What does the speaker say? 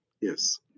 Yes